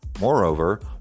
Moreover